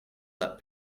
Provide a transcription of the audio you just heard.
that